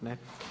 Ne.